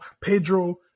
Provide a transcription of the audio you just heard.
pedro